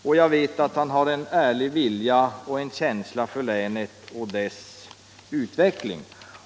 Jag vet också att han har en ärlig känsla för länet och dess utveckling.